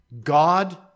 God